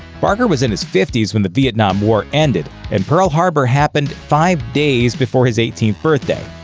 barker was in his fifty s when the vietnam war ended, and pearl harbor happened five days before his eighteenth birthday.